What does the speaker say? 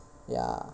ya